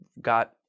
got